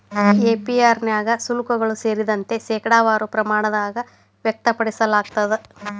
APR ನ್ಯಾಗ ಶುಲ್ಕಗಳು ಸೇರಿದಂತೆ, ಶೇಕಡಾವಾರ ಪ್ರಮಾಣದಾಗ್ ವ್ಯಕ್ತಪಡಿಸಲಾಗ್ತದ